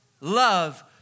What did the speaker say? love